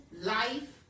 life